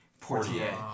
Portier